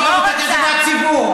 אשאב את הכסף מהציבור.